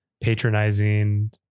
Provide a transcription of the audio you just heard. patronizing